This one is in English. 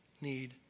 need